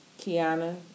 Kiana